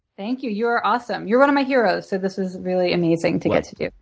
thank you. you are awesome. you are one of my heroes so this is really amazing to get to do.